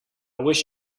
wish